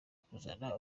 kuzana